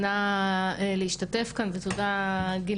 זה רלוונטי בעיקר ליו-טיוב,